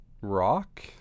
Rock